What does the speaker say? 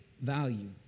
value